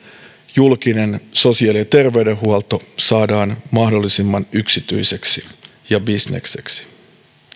julkinen sosiaali ja terveydenhuolto saadaan mahdollisimman yksityiseksi ja bisnekseksi